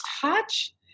touch